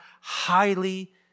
highly